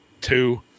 two